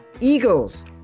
Eagles